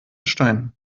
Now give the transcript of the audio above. stein